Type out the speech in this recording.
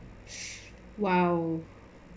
!wow!